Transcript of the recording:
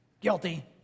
Guilty